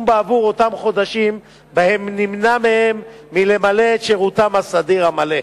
בעבור אותם חודשים שבהם נמנע מהם למלא את שירותם הסדיר המלא.